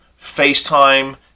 FaceTime